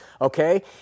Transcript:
okay